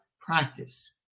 practice